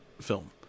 film